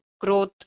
growth